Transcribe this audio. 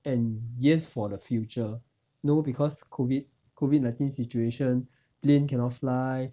and yes for the future no because COVID COVID nineteen situation plane cannot fly